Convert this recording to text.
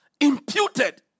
imputed